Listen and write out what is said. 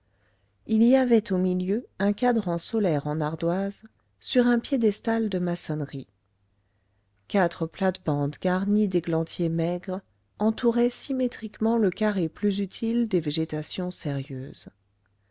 il y avait au milieu un cadran solaire en ardoise sur un piédestal de maçonnerie quatre plates-bandes garnies d'églantiers maigres entouraient symétriquement le carré plus utile des végétations sérieuses